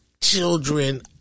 children